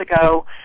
ago